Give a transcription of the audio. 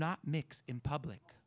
not mix in public